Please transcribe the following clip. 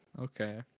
Okay